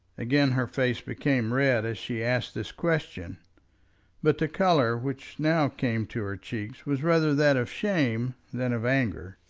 again her face became red as she asked this question but the colour which now came to her cheeks was rather that of shame than of anger.